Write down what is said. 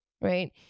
right